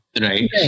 Right